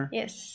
yes